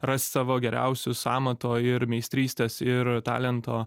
ras savo geriausius amato ir meistrystės ir talento